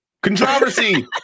Controversy